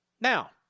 Now